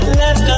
left